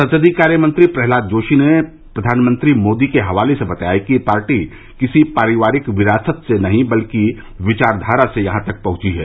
संसदीय कार्य मंत्री प्रहलाद जोशी ने प्रधानमंत्री मोदी के हवाले से बताया कि पार्टी किसी पारिवारिक विरासत से नहीं बल्कि विचाखारा से यहां तक पहुंची है